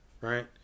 Right